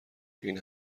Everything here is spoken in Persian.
این